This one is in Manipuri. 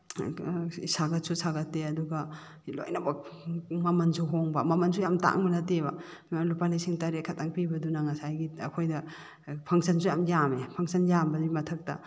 ꯁꯥꯒꯠꯁꯨ ꯁꯥꯒꯠꯇꯦ ꯑꯗꯨꯒ ꯁꯤ ꯂꯣꯏꯅꯃꯛ ꯃꯃꯜꯁꯨ ꯍꯣꯡꯕ ꯃꯃꯟꯁꯨ ꯌꯥꯝ ꯇꯥꯡꯕ ꯅꯠꯇꯦꯕ ꯂꯨꯄꯥ ꯂꯤꯁꯤꯡ ꯇꯔꯦꯠꯈꯇꯪ ꯄꯤꯕꯗꯨꯅ ꯉꯁꯥꯏꯒꯤ ꯑꯩꯈꯣꯏꯗ ꯐꯪꯁꯟꯁꯨ ꯌꯥꯝ ꯌꯥꯝꯃꯦ ꯐꯪꯁꯟ ꯌꯥꯝꯕꯩ ꯃꯊꯛꯇ